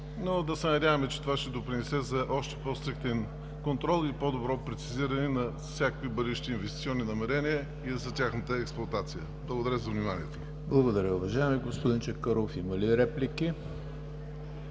Да се надяваме, че това ще допринесе за още по-стриктен контрол и по-добро прецизиране на всякакви бъдещи инвестиционни намерения, и за тяхната експлоатация. Благодаря за вниманието. ПРЕДСЕДАТЕЛ ЕМИЛ ХРИСТОВ: Благодаря, уважаеми господин Чакъров. Има ли реплики?